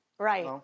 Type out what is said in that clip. Right